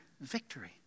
victory